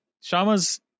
Shama's